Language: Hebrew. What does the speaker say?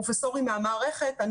פרופסורים מהמערכת,